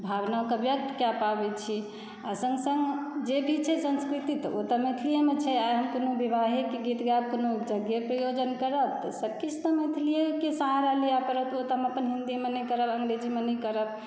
भावनाके व्यक्त कए पाबैत छी आ सङ्ग सङ्ग जे भी छै संस्कृति तऽ ओ तऽ मैथिलीएमऽ छै आइ हम कोनो विवाहेके गीत गायब कोनो यज्ञे प्रयोजन करब तऽ सब किछु तऽ मैथिलीए के सहारा लिअ पड़त ओ तऽ हम अपन हिन्दीमऽ नहि करब अंग्रेजीमऽ नहि करब